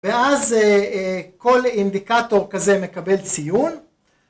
ואז כל אינדיקטור כזה מקבל ציון.